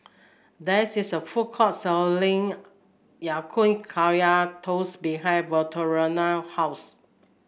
there is a food court selling Ya Kun Kaya Toast behind Victoriano's house